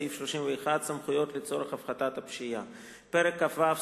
סעיף 31 (סמכויות לצורך הפחתת הפשיעה); פרק כ"ו,